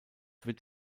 wird